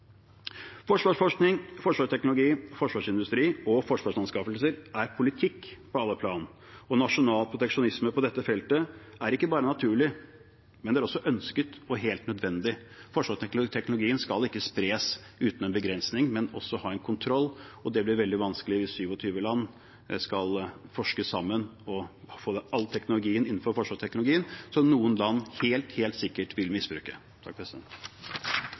Forsvarsforskning, forsvarsteknologi, forsvarsindustri og forsvarsanskaffelser er politikk på alle plan, og nasjonal proteksjonisme på dette feltet er ikke bare naturlig, det er også ønsket og helt nødvendig. Forsvarsteknologien skal ikke spres uten en begrensning, men kontrolleres, og det blir veldig vanskelig hvis 27 land skal forske sammen og få all teknologien innenfor forsvarsteknologien, som noen land helt sikkert vil misbruke.